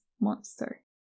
monster